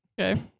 Okay